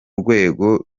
rwego